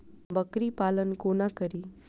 बकरी पालन कोना करि?